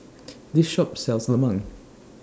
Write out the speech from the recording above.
This Shop sells Lemang